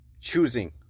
choosing